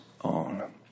on